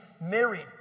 married